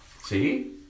See